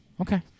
okay